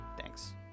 Thanks